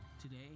Today